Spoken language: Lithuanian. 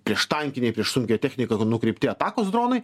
prieštankiniai prieš sunkią techniką nukreipti atakos dronai